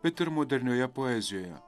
bet ir modernioje poezijoje